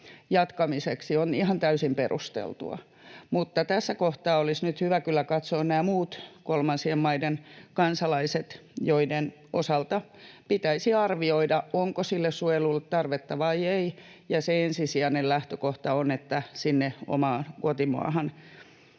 jatkamiseksi on ihan täysin perusteltu, mutta tässä kohtaa olisi nyt hyvä kyllä katsoa nämä muut kolmansien maiden kansalaiset, joiden osalta pitäisi arvioida, onko sille suojelulle tarvetta vai ei. Ja se ensisijainen lähtökohta on, että sinne omaan kotimaahan